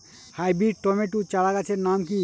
Hybrid tomato চারাগাছের নাম কি?